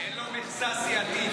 אין לו מכסה סיעתית,